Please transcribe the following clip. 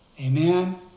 Amen